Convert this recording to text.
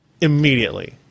immediately